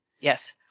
Yes